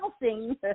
housing